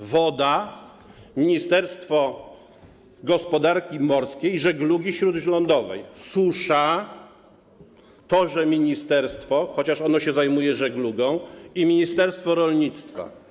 woda - Ministerstwo Gospodarki Morskiej i Żeglugi Śródlądowej, susza - też to ministerstwo, chociaż ono się zajmuje żeglugą, i ministerstwo rolnictwa.